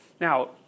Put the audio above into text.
Now